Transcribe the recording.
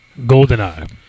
Goldeneye